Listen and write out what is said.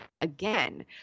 again